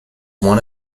one